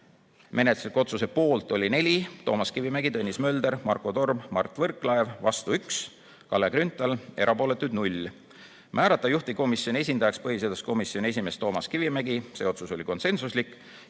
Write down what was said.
menetlusliku otsuse poolt oli 4: Toomas Kivimägi, Tõnis Mölder, Marko Torm, Mart Võrklaev; vastu 1: Kalle Grünthal, erapooletuid 0. Teiseks, määrata juhtivkomisjoni esindajaks põhiseaduskomisjoni esimees Toomas Kivimägi (see otsus oli konsensuslik)